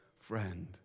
friend